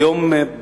כיום,